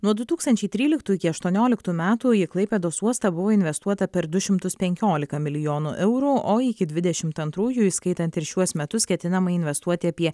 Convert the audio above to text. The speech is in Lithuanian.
nuo du tūkstančiai tryliktų iki aštuonioliktų metų į klaipėdos uostą buvo investuota per du šimtus penkiolika milijonų eurų o iki dvidešimt antrųjų įskaitant ir šiuos metus ketinama investuoti apie